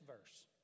verse